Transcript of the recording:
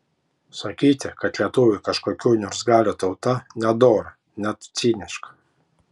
sakyti kad lietuviai kažkokių niurgzlių tauta nedora net ciniška